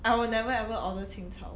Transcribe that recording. I will never ever order 清炒